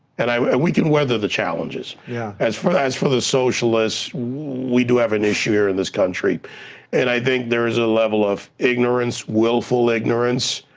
and we can weather the challenges. yeah as for as for the socialist, we do have an issue here in this country and i think there's a level of ignorance, willful ignorance,